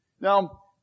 Now